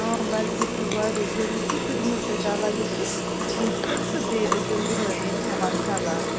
آ وَرزش چھِ واریاہ ضروٗری تہٕ بہٕ دِمہو تۄہہِ دَوا لیکھِتھ کیٚنٛہہ چھُنہٕ تہٕ بیٚیہِ ٲسۍزیو یِہَے کھٮ۪وان سَلاد